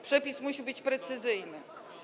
Przepis musi być precyzyjny.